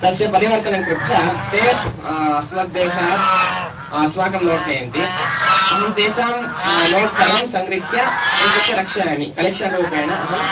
तस्य परिवर्तनं कृत्वा ते अस्मद्देशात् अस्माकं नोट् नयन्ति अहं तेषां नोट्स् सर्वं सङ्गृह्य एकत्र रक्षयामि कलेक्षन् रूपेण अहं